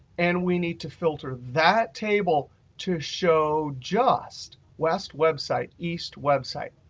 and we need to filter that table to show just west web site, east web site.